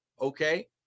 Okay